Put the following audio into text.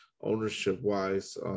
ownership-wise